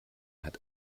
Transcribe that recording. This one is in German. hat